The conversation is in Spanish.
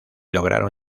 logró